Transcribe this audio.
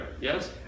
yes